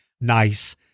nice